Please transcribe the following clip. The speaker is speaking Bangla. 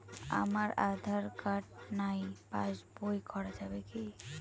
আমার আঁধার কার্ড নাই পাস বই করা যাবে কি?